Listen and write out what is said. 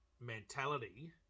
mentality